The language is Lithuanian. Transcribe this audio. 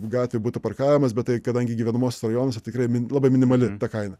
gatvėje būtų parkavimas bet tai kadangi gyvenamuosiuose rajonuose tikrai labai minimali kaina